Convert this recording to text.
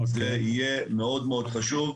זה יהיה מאוד מאוד חשוב.